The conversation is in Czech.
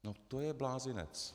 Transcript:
No to je blázinec.